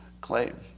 claim